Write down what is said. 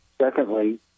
Secondly